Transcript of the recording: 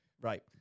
Right